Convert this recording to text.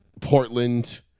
Portland